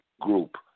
group